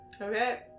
Okay